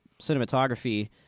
cinematography